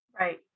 Right